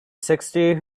sixty